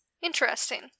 Interesting